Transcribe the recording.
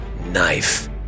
knife